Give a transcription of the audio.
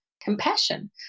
compassion